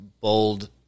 bold